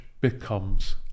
becomes